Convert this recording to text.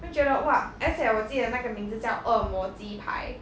会觉得哇而且我记得那个名字叫恶魔鸡排